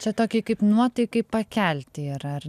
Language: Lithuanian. čia tokį kaip nuotaikai pakelti yra ar